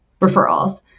referrals